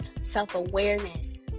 self-awareness